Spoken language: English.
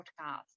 podcast